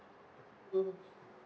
mmhmm